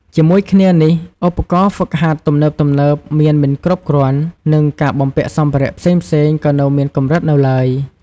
ជាមួយគ្នានេះ ឧបករណ៍ហ្វឹកហាត់ទំនើបៗមានមិនគ្រប់គ្រាន់ និងការបំពាក់សម្ភារៈផ្សេងៗក៏នៅមានកម្រិតនៅឡើយ។